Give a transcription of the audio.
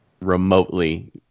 remotely